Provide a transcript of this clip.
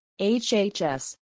HHS